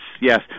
yes